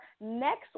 next